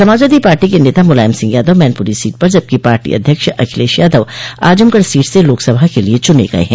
Samajwadi party के नेता Mulayam Singh Yadav Mainpuri seat पर जबकि पार्टी अध्यक्ष अखिलेश यादव आजमगढ़ सीट से लोकसभा के लिए चुने गये हैं